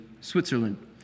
Switzerland